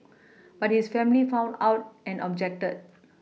but his family found out and objected